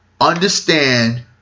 understand